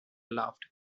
laughed